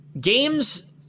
Games